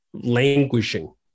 languishing